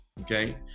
Okay